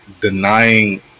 denying